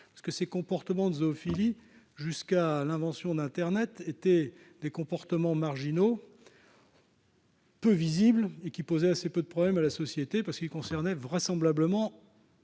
Les comportements zoophiliques, jusqu'à l'invention d'internet, étaient marginaux, peu visibles. Ils posaient assez peu de problèmes à la société parce qu'ils ne concernaient vraisemblablement